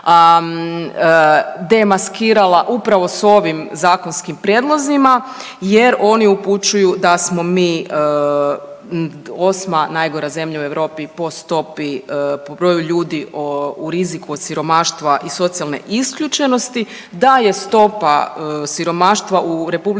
demaskirala upravo s ovim zakonskim prijedlozima jer oni upućuju da smo mi 8. najgora zemlja u Europi po stopi, po broju ljudi u riziku od siromaštva i socijalne isključenosti, da je stopa siromaštva u RH čak